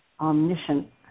omniscient